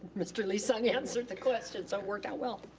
mr. lee-sung answered the question, so it worked out well.